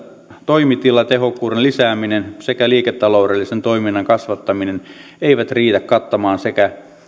toimitilatehokkuuden lisääminen sekä liiketaloudellisen toiminnan kasvattaminen eivät riitä kattamaan sekä